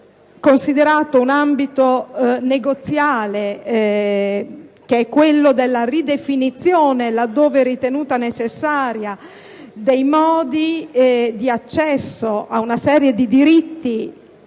considerato negoziale - quello della ridefinizione, laddove è ritenuta necessaria, dei modi di accesso ad una serie di diritti